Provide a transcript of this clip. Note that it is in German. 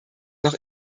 noch